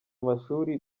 amashuri